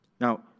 Now